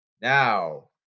Now